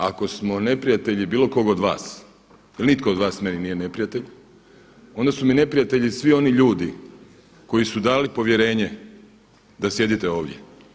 Ako smo neprijatelji bilo koga od vas, jer nitko od vas meni nije neprijatelj, onda su mi neprijatelji i svi oni ljudi koji su dali povjerenje da sjedite ovdje.